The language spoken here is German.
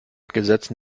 gesetzen